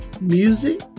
music